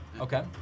okay